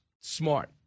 Smart